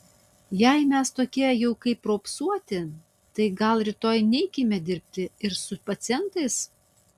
jei mes tokie jau kaip raupsuoti tai gal rytoj neikime dirbti ir su pacientais